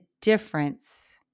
difference